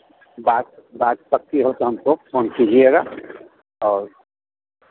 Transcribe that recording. बात बात पक्की हो तो हमको फ़ोन कीजिएगा और